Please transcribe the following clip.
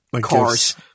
Cars